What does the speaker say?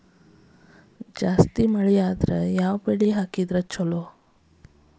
ಜಾಸ್ತಿ ಮಳಿ ಆದ್ರ ಯಾವ ಬೆಳಿ ಹಾಕಬೇಕು?